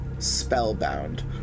spellbound